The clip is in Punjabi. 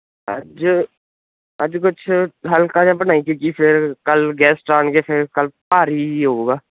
ਅੱਜ ਅੱਜ ਕੁਛ ਹਲਕਾ ਜਿਹਾ ਬਣਾਈ ਜਿਸ ਕੱਲ ਗੈਸਟ ਆਣਗੇ ਫਿਰ ਕੱਲ ਭਾਰੀ ਹੀ ਹੋਊਗਾ